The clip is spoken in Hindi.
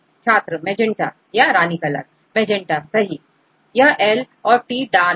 छात्र मैजेंटा रानी कलर मैजेंटा सही यह L है और T डार्क है